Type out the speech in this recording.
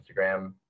Instagram